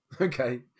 Okay